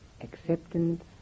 acceptance